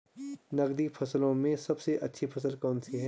नकदी फसलों में सबसे अच्छी फसल कौन सी है?